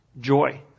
Joy